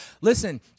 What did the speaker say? listen